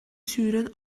сүүрэн